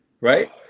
Right